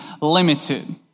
limited